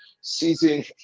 season